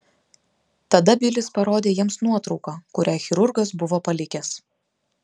tada bilis parodė jiems nuotrauką kurią chirurgas buvo palikęs